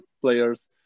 players